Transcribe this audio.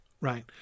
right